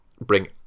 bring